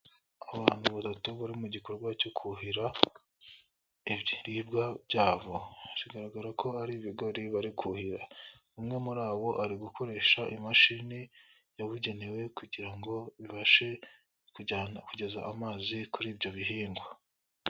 Abantu batatu bari mu gikorwa cyo kuhira ibiribwa byabo. Bigaragara ko ari ibigori bari kuhira. Umwe muri abo ari gukoresha imashini yabugenewe kugira ngo bibashe kujyana, kugeza amazi kuri ibyo bihingwa.